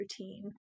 routine